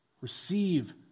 receive